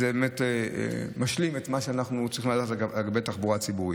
זה באמת משלים את מה שאנחנו צריכים לדעת לגבי התחבורה הציבורית.